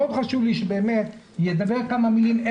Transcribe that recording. מאוד חשוב לי שהוא ידבר כמה מילים.